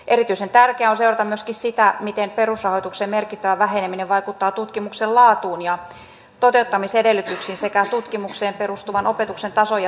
erityisen tärkeää on seurata myöskin sitä miten perusrahoituksen merkittävä väheneminen vaikuttaa tutkimuksen laatuun ja toteuttamisedellytyksiin sekä tutkimukseen perustuvan opetuksen tasoon ja saatavuuteen